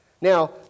now